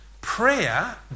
Prayer